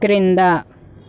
క్రింద